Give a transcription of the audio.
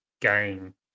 game